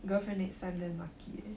girlfriend next time damn lucky eh